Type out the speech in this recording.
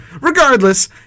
Regardless